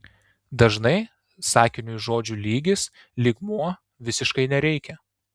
dažnai sakiniui žodžių lygis lygmuo visiškai nereikia